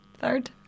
third